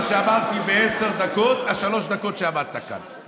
שאמרתי בעשר דקות משלוש הדקות שעמדת כאן.